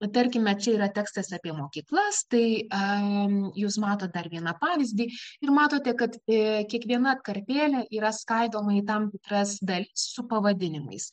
o tarkime čia yra tekstas apie mokyklas tai am jūs matot dar vieną pavyzdį ir matote kad ė kiekviena atkarpėlė yra skaidoma į tam tikras dalis su pavadinimais